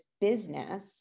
business